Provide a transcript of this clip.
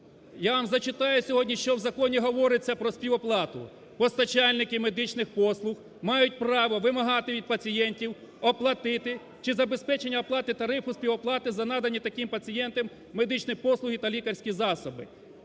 Я вам зачитаю сьогодні, що в законі говориться про співоплату. "Постачальники медичних послуг мають право вимагати від пацієнтів оплатити чи забезпечення оплати тарифу співоплати за надані таким пацієнтам медичні послуги та лікарські засоби".